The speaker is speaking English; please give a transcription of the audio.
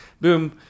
boom